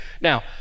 Now